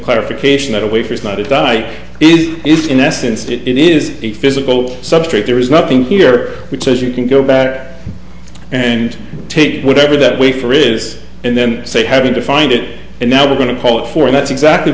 clarification that a way for is not indict it is in essence it is a physical substrate there is nothing here which says you can go back and take whatever that way for is and then say having to find it and now we're going to call it for that's exactly